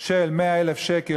של 100,000 שקל,